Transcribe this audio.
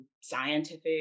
scientific